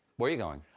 where are you going?